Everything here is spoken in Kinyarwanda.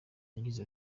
yagize